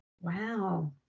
Wow